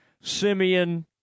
Simeon